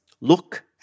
look